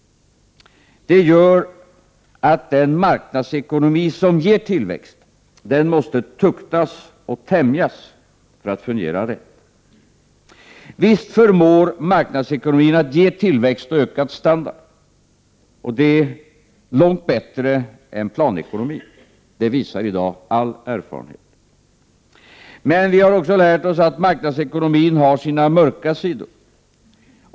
Det gör också att den marknadsekonomi som ger tillväxt måste tuktas och tämjas för att fungera rätt. Visst förmår marknadsekonomin ge tillväxt och ökad standard — och detta, enligt min uppfattning, långt bättre än planekonomin. Det visar i dag all erfarenhet. Men vi har också lärt oss att marknadsekonomin har sina mörka sidor.